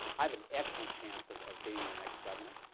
i have an excellent chance of of being your next governor,